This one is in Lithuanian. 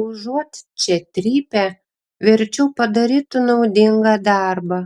užuot čia trypę verčiau padarytų naudingą darbą